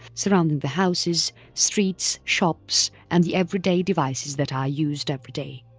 surrounding the houses, streets, shops and the everyday devices that are used every day.